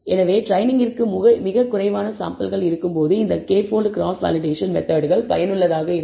எனவே ட்ரெய்னிங்கிற்க்கு மிகக் குறைவான சாம்பிள்கள் இருக்கும்போது இந்த k போல்ட் கிராஸ் வேலிடேஷன் மெத்தட்கள் பயனுள்ளதாக இருக்கும்